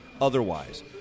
otherwise